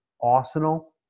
arsenal